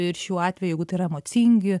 ir šiuo atveju jeigu tai yra emocingi